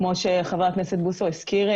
כמו שחבר הכנסת בוסו הזכיר,